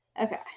Okay